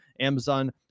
Amazon